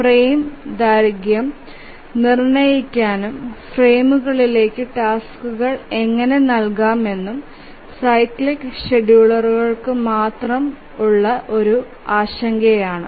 frame ദൈർഘ്യം നിർണ്ണയിക്കാനും ഫ്രെയിമുകളിലേക്ക് ടാസ്ക്കുകൾ എങ്ങനെ നൽകാമെന്നും സൈക്ലിക് ഷെഡ്യൂളർമാരുടെ പ്രധാന ആശങ്കയാണ്